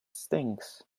stinks